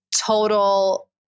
total